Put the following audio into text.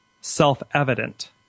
self-evident